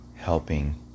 helping